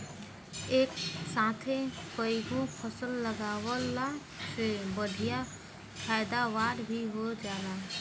एक साथे कईगो फसल लगावला से बढ़िया पैदावार भी हो जाला